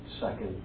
second